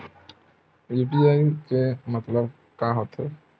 UPI के मतलब का होथे?